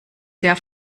sehr